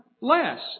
less